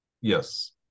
Yes